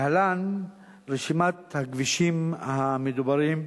להלן רשימת הכבישים המדוברים: